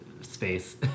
space